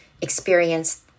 experience